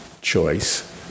choice